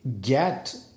get